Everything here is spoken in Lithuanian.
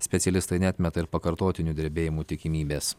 specialistai neatmeta ir pakartotinių drebėjimų tikimybės